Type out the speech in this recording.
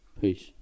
Peace